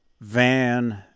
Van